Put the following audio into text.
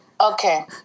okay